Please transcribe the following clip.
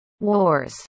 wars